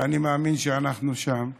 ואני מאמין שאנחנו שם,